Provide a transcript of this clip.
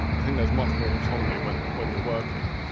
i think there's much more autonomy when when you're working.